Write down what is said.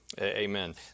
Amen